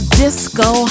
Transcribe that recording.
disco